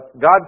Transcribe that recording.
God